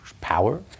power